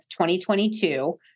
2022